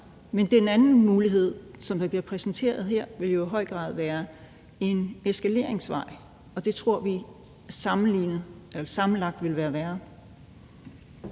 Men den anden mulighed, der bliver præsenteret her, vil jo i høj grad være en eskaleringsvej, og det tror vi sammenlagt vil være værre.